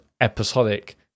episodic